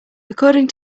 according